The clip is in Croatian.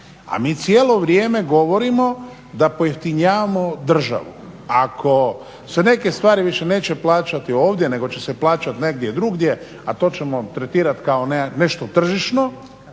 A mi cijelo vrijeme govorimo da pojeftinjavamo državu. Ako se neke stvari više neće plaćati ovdje nego će se plaćati negdje drugdje a to ćemo tretirati kao nešto tržišno,